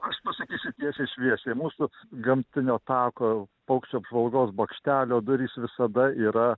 aš pasakysiu tiesiai šviesiai mūsų gamtinio tako paukščių apžvalgos bokštelio durys visada yra